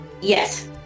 yes